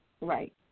Right